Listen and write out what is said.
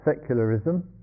secularism